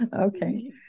Okay